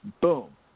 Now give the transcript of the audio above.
Boom